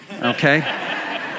okay